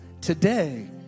Today